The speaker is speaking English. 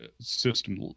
system